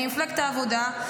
אני ממפלגת העבודה,